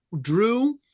drew